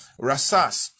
rasas